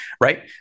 right